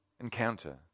Encounter